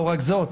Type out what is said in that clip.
לא רק זאת,